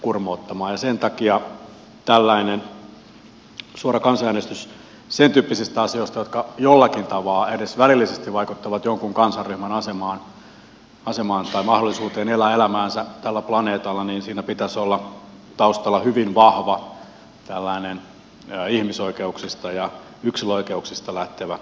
sen takia tällaisessa suorassa kansanäänestyksessä sentyyppisistä asioista jotka jollakin tapaa edes välillisesti vaikuttavat jonkun kansanryhmän asemaan tai mahdollisuuteen elää elämäänsä tällä planeetalla pitäisi olla taustalla tällainen hyvin vahva ihmisoikeuksista ja yksilön oikeuksista lähtevä ajattelu